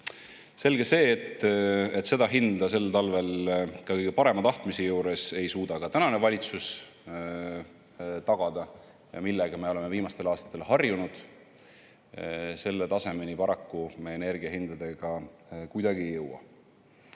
Selge see, et seda hinda sel talvel ka kõige parema tahtmise juures ei suuda ka tänane valitsus tagada, ja sellele tasemele, millega me oleme viimastel aastatel harjunud, paraku me energiahindadega kuidagi ei jõua.